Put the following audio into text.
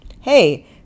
hey